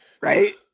Right